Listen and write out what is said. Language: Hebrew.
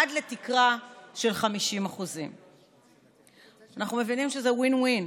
עד לתקרה של 50%. אנחנו מבינים שזה win win,